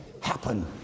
happen